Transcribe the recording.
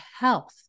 health